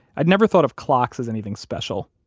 i'd never thought of clocks as anything special.